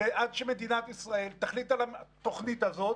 ועד שמדינת ישראל תחליט על התוכנית הזאת